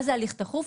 מה זה הליך תכוף?